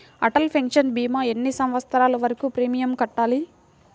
Atal pension భీమా ఎన్ని సంవత్సరాలు వరకు ప్రీమియం కట్టాలి?